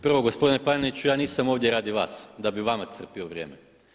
Prvo gospodine Paneniću, ja nisam ovdje radi vas da bih vama crpio vrijeme.